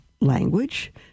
language